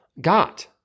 got